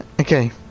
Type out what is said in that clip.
Okay